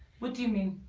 what do you mean?